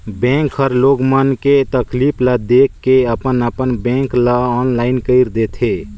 bank हर लोग मन के तकलीफ ल देख के अपन अपन बेंक ल आनलाईन कइर देथे